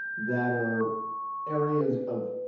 that are areas of,